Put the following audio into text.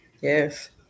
Yes